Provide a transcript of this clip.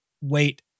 wait